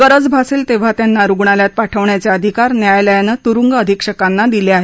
गरज भासेल तेव्हा त्यांना रुग्णालयात पाठवण्याचे अधिकार न्यायालयानं तुरुंग अधीक्षकांना दिले आहेत